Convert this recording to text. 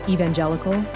Evangelical